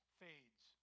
fades